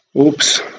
Oops